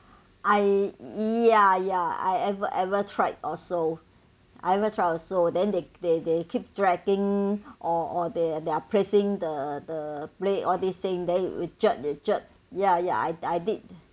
ya ya I ever ever tried also I ever tried also then they they they keep dragging or or they they are pressing the the plate all this thing then they would just they just ya ya I I did